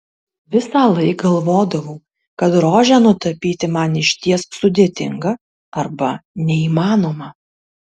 visąlaik galvodavau kad rožę nutapyti man išties sudėtinga arba neįmanoma